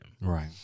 right